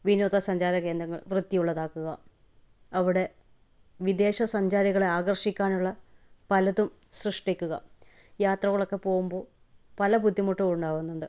വിനോദസഞ്ചാര കേന്ദ്രങ്ങൾ വൃത്തി ഉള്ളതാക്കുക അവിടെ വിദേശ സഞ്ചാരികളെ ആകർഷിക്കാനുള്ള പലതും സൃഷ്ടിക്കുക യാത്രകളൊക്കെ പോകുമ്പോൾ പല ബുദ്ധിമുട്ടും ഉണ്ടാകുന്നുണ്ട്